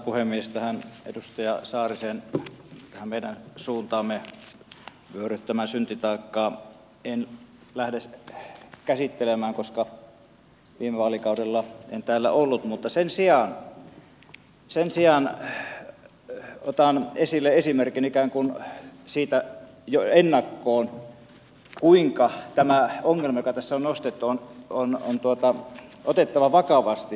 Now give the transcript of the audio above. tätä edustaja saarisen meidän suuntaamme vyöryttämää syntitaakkaa en lähde käsittelemään koska viime vaalikaudella en täällä ollut mutta sen sijaan otan esille esimerkin ikään kuin siitä jo ennakkoon kuinka tämä ongelma joka tässä on nostettu on otettava vakavasti